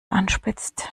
anspitzt